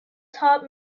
top